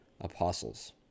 apostles